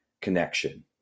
connection